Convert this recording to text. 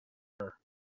her